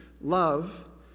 Love